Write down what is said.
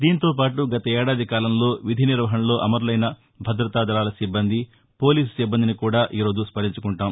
దీంతోపాటు గత ఏడాది కాలంలో విధి నిర్వహణలో అమరులైన భుద్రతా దళాల సిబ్బంది పోలీస్ సిబ్బందిని కూడా ఈ రోజు మనం స్మరించుకుంటాం